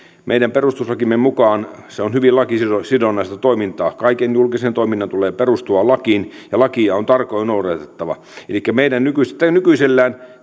meidän perustuslakimme mukaan se on hyvin lakisidonnaista toimintaa kaiken julkisen toiminnan tulee perustua lakiin ja lakia on tarkoin noudatettava elikkä nykyisellään